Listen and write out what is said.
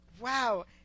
Wow